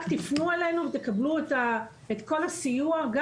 רק תפנו אלינו ותקבלו את כל הסיוע גם